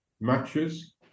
matches